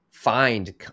find